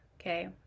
Okay